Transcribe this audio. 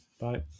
bye